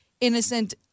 innocent